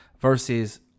versus